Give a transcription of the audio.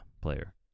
player